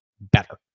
better